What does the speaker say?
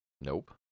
nope